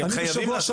הם חייבים לעסוק בזה.